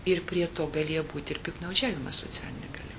ir prie to galėjo būti ir piktnaudžiavimas socialine galia